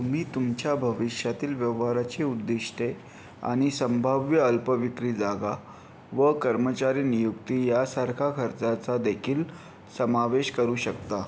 तुम्ही तुमच्या भविष्यातील व्यव्हाराची उद्दिष्टे आणि संभाव्य अल्पविक्री जागा व कर्मचारी नियुक्ती यासारखा खर्चाचा देखील समावेश करू शकता